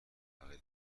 فقیری